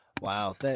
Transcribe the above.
Wow